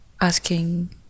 asking